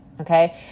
okay